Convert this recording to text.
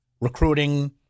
recruiting